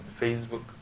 Facebook